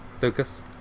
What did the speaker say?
Lucas